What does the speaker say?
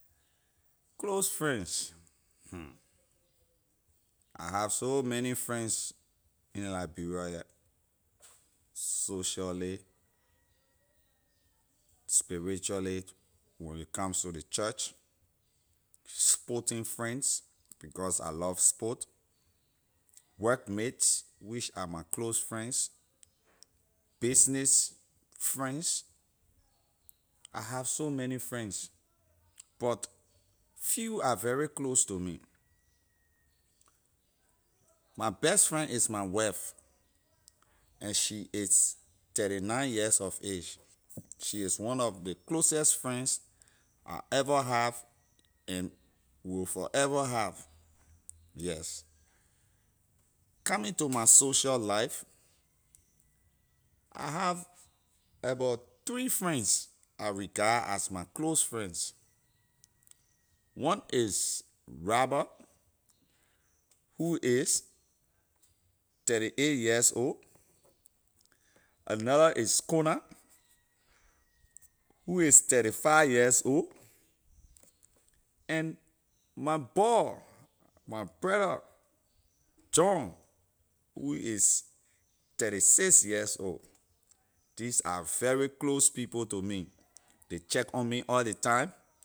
Close friends I have so many friends in liberia here socially, spiritually when a comes to ley church sporting friends because I love sport workmates which are my close friends business friends I have so many friends but few are very close to me my best friend is my wife and she is thirly nine years of age she is one of the closest friend I ever have and will forever have yes coming to my social life I have abor three friends I regard as my close friends one is robert who is thirly eight years old another is konah who is thirly five years old and my boy my brother john who is thirly six years old these are very close people to me ley check on me all ley time